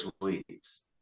leaves